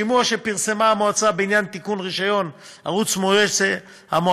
השימוע שפרסמה המועצה בעניין תיקון רישיון הערוץ הסתיים,